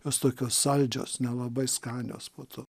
jos tokios saldžios nelabai skanios po to